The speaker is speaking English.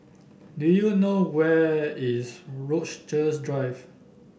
do you know where is Rochester Drive